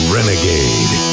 Renegade